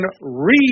read